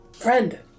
Friend